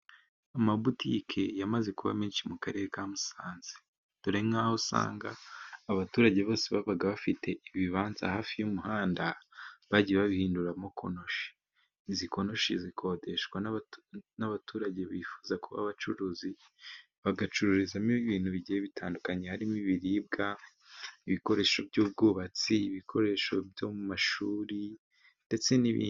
Amabutiki yamaze kuba menshi mu karere ka Musanze. Dore nk’aho usanga abaturage bose babaga bafite ibibanza hafi y’umuhanda, bagiye babihinduramo konoshi. Izi konoshi zikodeshwa n’abaturage bifuza kuba abacuruzi, bagacururizamo ibintu bigiye bitandukanye, harimo ibiribwa, ibikoresho by’ubwubatsi, ibikoresho byo mu mashuri, ndetse n’ibindi.